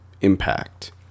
impact